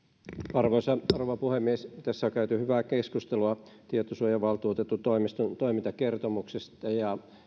arvoisa rouva puhemies tässä on käyty hyvää keskustelua tietosuojavaltuutetun toimiston toimintakertomuksesta